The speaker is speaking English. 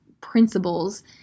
principles